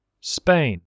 Spain